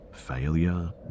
failure